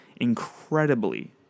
incredibly